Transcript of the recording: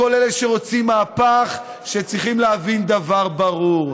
לכל אלה שרוצים מהפך, שצריכים להבין דבר ברור: